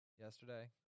yesterday